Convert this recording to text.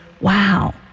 wow